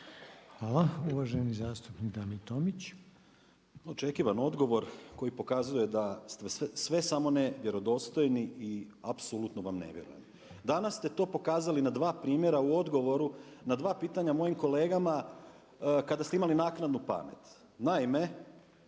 Hvala. Uvaženi zastupnik Damir Tomić. **Tomić, Damir (SDP)** Očekivan odgovor koji pokazuje da ste sve samo ne vjerodostojni i apsolutno vam ne vjerujem. Danas ste to pokazali na dva primjera u odgovoru na dva pitanja mojim kolegama kada ste imali naknadnu pamet. Naime,